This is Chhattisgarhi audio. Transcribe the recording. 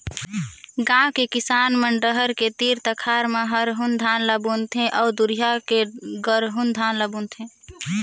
गांव के किसान मन डहर के तीर तखार में हरहून धान ल बुन थें अउ दूरिहा में गरहून धान ल बून थे